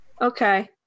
Okay